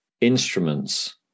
instruments